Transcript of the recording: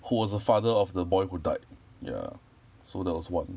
who was the father of the boy who died ya so that was what